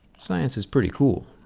science is pretty cool.